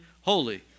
holy